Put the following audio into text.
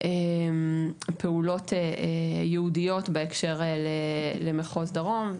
פעולות ייעודיות בהקשר למחוז דרום,